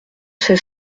sait